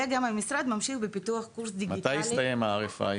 וגם המשרד ממשיך בפיתוח קורס דיגיטלי --- מתי יסתיים ה-RFI?